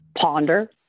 ponder